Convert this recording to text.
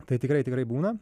tai tikrai tikrai būna